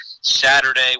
Saturday